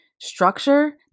structure